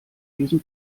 diesem